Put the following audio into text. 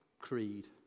creed